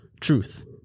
Truth